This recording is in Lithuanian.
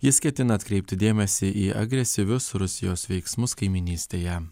jis ketina atkreipti dėmesį į agresyvius rusijos veiksmus kaimynystėje